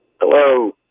Hello